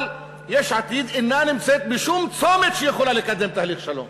אבל יש עתיד אינה נמצאת בשום צומת שהיא יכולה לקדם תהליך שלום,